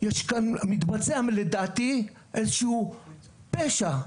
מתבצע לדעתי איזה שהוא פשע,